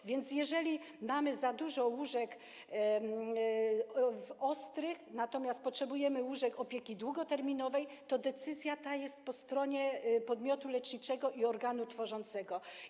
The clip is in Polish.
A więc jeżeli mamy za dużo łóżek ostrych, natomiast potrzebujemy łóżek opieki długoterminowej, to decyzja ta jest po stronie podmiotu leczniczego i organu tworzącego.